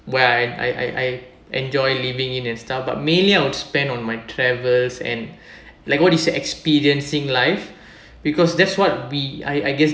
where I I I enjoy living in and stuff but mainly I would spend on my travels and like what you said experiencing life because that's what we I I guess